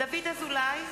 (קוראת בשמות חברי הכנסת) דוד אזולאי,